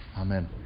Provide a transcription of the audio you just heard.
Amen